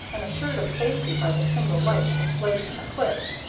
and, assured of safety by the single light displayed from the cliffs,